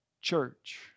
Church